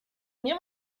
nie